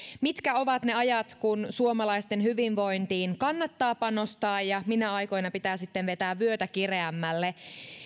mitkä ovat ne ajat kun suomalaisten hyvinvointiin kannattaa panostaa ja minä aikoina pitää sitten vetää vyötä kireämmälle